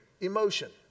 emotion